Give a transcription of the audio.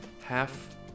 half